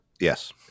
Yes